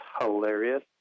hilarious